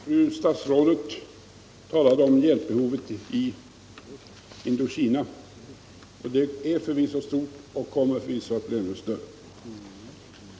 Herr talman! Fru statsrådet talade om hjälpbehovet i Indokina. Detta är förvisso stort, och det kommer förvisso att bli ännu större.